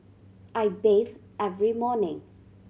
I bathe every morning